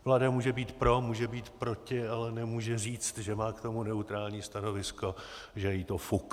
Vláda může být pro, může být proti, ale nemůže říct, že má k tomu neutrální stanovisko, že je jí to fuk.